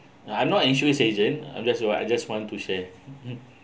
uh I'm not insurance agent I'm just you I just want to share